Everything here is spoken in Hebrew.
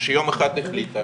שיום אחד החליטה